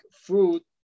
fruit